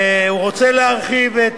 הוא רוצה להרחיב את